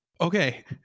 okay